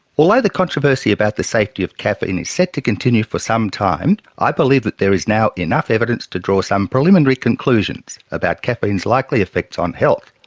although the controversy about the safety of caffeine is set to continue for some time, i believe that there is now enough evidence to draw some preliminary conclusions about caffeine's likely effects on health,